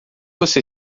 você